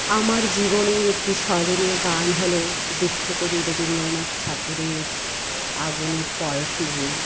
আমার জীবনের একটি স্বরণীয় গান হলো বিশ্বকবি রবীন্দ্রনাথ ঠাকুরের আগুনের পরশমনি